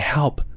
Help